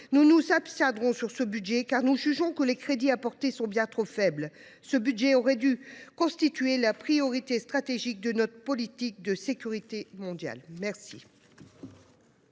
Nous nous abstiendrons sur ce budget, car nous jugeons que les crédits prévus sont bien trop faibles : ils auraient dû constituer la priorité stratégique de notre politique de sécurité mondiale. La